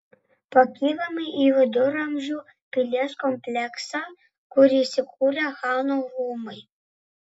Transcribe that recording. pakylame į viduramžių pilies kompleksą kur įsikūrę chano rūmai